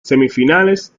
semifinales